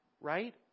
Right